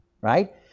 Right